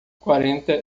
quarenta